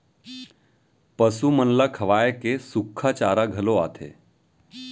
पसु मन ल खवाए के सुक्खा चारा घलौ आथे